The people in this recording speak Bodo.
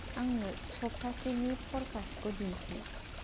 आंनो सप्ताहसेनि फरकास्टखौ दिन्थि